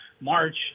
March